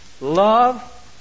love